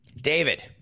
David